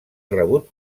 rebut